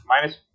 minus